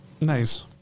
Nice